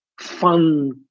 fun